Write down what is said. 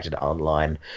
online